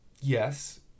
Yes